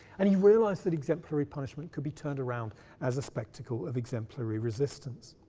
and he realized that exemplary punishment could be turned around as a spectacle of exemplary resistance.